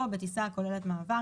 או בטיסה הכוללת מעבר,